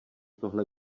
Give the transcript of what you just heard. tohle